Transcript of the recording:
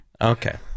okay